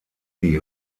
die